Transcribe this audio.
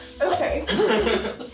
Okay